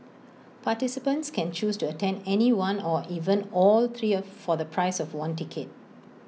participants can choose to attend any one or even all three of for the price of one ticket